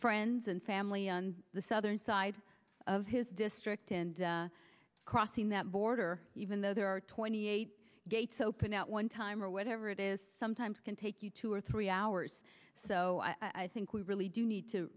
friends and family on the southern side of his district and crossing that border even though there are twenty eight gates open at one time or whatever it is sometimes can take you two or three hours so i think we really do need to